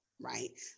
Right